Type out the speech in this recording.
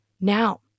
now